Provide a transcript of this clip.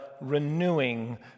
renewing